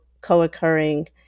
co-occurring